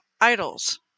idols